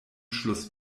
schluss